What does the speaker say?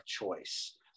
choice